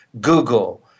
Google